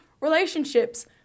relationships